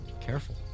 Careful